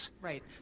Right